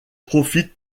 profite